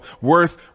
worth